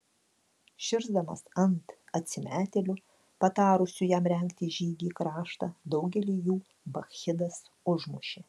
širsdamas ant atsimetėlių patarusių jam rengti žygį į kraštą daugelį jų bakchidas užmušė